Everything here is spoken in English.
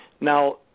Now